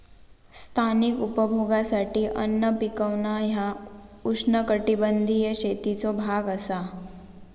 स्थानिक उपभोगासाठी अन्न पिकवणा ह्या उष्णकटिबंधीय शेतीचो भाग असा